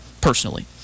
personally